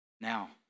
Now